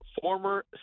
former